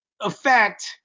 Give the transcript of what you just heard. affect